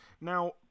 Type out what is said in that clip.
Now